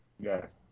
Yes